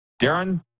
Darren